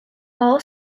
all